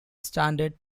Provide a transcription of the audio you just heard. standard